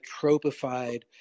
tropified